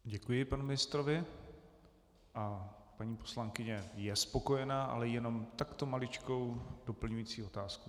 Děkuji panu ministrovi a paní poslankyně je spokojená, ale má jenom takto maličkou doplňující otázku.